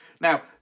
Now